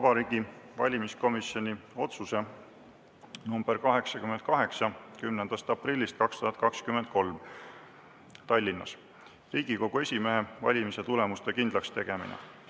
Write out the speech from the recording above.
Vabariigi Valimiskomisjoni otsuse nr 88 10. aprillist 2023 Tallinnas. "Riigikogu esimehe valimise tulemuste kindlakstegemine.